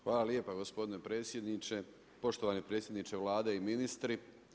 Hvala lijepa gospodine predsjedniče, poštovani predsjedniče Vlade i ministri.